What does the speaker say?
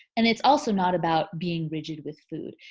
and it's also not about being rigid with food.